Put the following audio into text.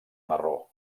marró